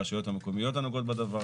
הרשויות המקומיות הנוגעות בדבר,